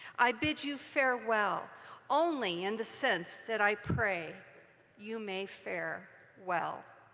i bid you farewell only in the sense that i pray you may fare well.